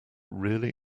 really